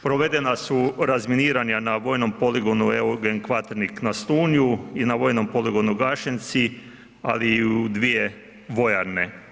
Provodana su razminiranja na vojnom poligonu Eugen Kvaternik na Slunju i na vojnom poligonu Gašenci ali i u 2 vojarne.